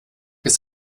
ist